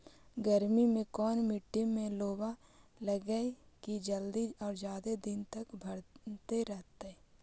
गर्मी में कोन मट्टी में लोबा लगियै कि जल्दी और जादे दिन तक भरतै रहतै?